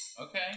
Okay